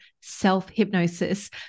self-hypnosis